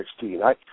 16